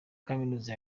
kaminuza